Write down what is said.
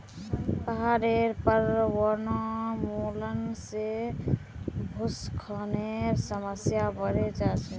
पहाडेर पर वनोन्मूलन से भूस्खलनेर समस्या बढ़े जा छे